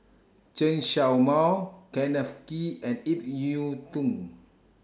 Chen Show Mao Kenneth Kee and Ip Yiu Tung